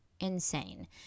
Insane